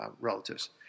relatives